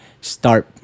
start